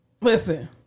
Listen